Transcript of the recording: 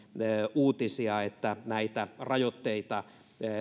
uutisia että näitä rajoitteita